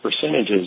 percentages